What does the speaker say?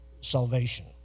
salvation